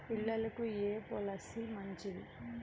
పిల్లలకు ఏ పొలసీ మంచిది?